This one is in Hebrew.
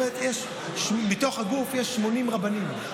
את אומרת: מתוך הגוף יש 80 רבנים.